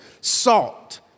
salt